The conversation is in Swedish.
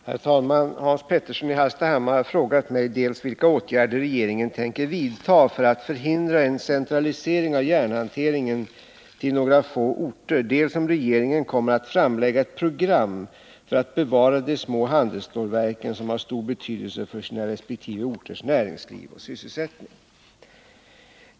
Herr talman! Hans Petersson i Hallstahammar har frågat mig dels vilka åtgärder regeringen tänker vidta för att förhindra en centralisering av järnhanteringen till några få orter, dels om regeringen kommer att framlägga ett program för att bevara de små handelsstålverken, som har stor betydelse för sina resp. orters näringsliv och sysselsättning.